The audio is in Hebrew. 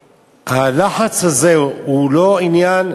הלחץ הזה הוא לא עניין